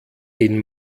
den